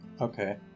Okay